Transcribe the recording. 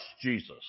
Jesus